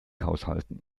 haushalten